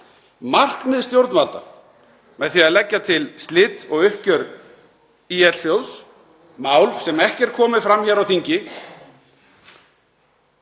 Markmið stjórnvalda með því að leggja til slit og uppgjör ÍL-sjóðs, mál sem ekki er komið fram hér á þingi,